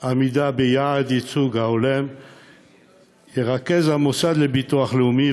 עמידה ביעד הייצוג ההולם ירכז המוסד לביטוח לאומי,